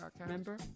Remember